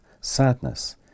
sadness